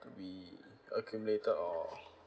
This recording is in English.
to be accumulated or